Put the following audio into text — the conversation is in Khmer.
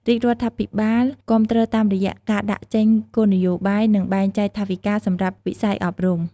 រាជរដ្ឋាភិបាលគាំទ្រតាមរយៈ ការដាក់ចេញគោលនយោបាយ និង បែងចែកថវិកា សម្រាប់វិស័យអប់រំ។